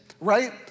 right